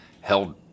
held